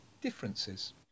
differences